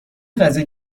غذای